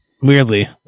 Weirdly